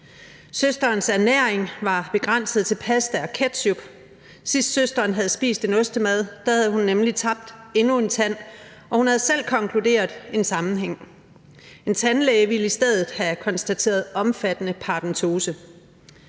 Søsterens ernæring var begrænset til pasta og ketchup. Sidst søsteren havde spist en ostemad, havde hun nemlig tabt endnu en tand, og hun havde selv konkluderet en sammenhæng. En tandlæge ville i stedet have konstateret omfattende paradentose.